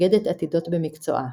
מגדת עתידות במקצועה.